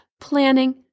planning